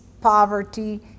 poverty